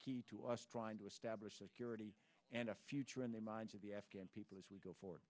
key to us trying to establish security and a future in the minds of the afghan people as we go forward